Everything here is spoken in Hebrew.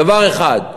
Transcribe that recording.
דבר אחד,